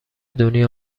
دنیا